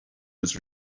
was